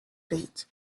date